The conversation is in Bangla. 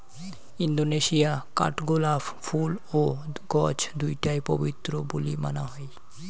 ইন্দোনেশিয়া কাঠগোলাপ ফুল ও গছ দুইটায় পবিত্র বুলি মানা হই